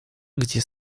gdzie